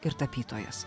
ir tapytojas